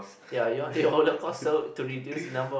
ya you want to reduce the number of